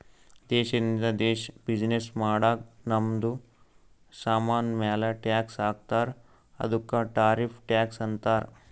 ದೇಶದಿಂದ ದೇಶ್ ಬಿಸಿನ್ನೆಸ್ ಮಾಡಾಗ್ ನಮ್ದು ಸಾಮಾನ್ ಮ್ಯಾಲ ಟ್ಯಾಕ್ಸ್ ಹಾಕ್ತಾರ್ ಅದ್ದುಕ ಟಾರಿಫ್ ಟ್ಯಾಕ್ಸ್ ಅಂತಾರ್